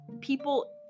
people